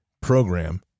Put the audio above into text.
program